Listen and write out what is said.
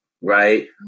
right